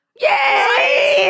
Yay